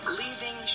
leaving